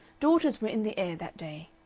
daughters were in the air that day.